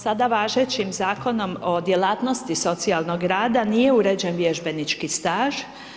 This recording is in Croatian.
Sada važećim zakonom o djelatnosti socijalnog rada nije uređen vježbenički staž.